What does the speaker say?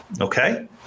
Okay